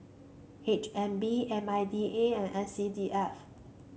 H N B M I D A and S C D F